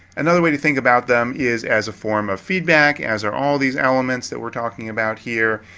another way to think about them is as a form of feedback as are all these elements that we are talking about here.